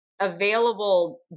available